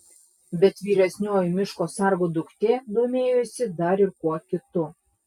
bet vyresnioji miško sargo duktė domėjosi dar ir kuo kitu